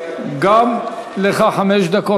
גם לך חמש דקות.